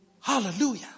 Hallelujah